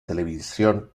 televisión